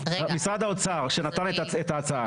אלא משרד האוצר שנתן את ההצעה,